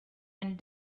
and